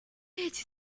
did